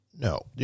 No